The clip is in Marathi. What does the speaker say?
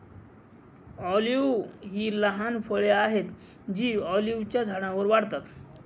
ऑलिव्ह ही लहान फळे आहेत जी ऑलिव्हच्या झाडांवर वाढतात